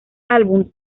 álbum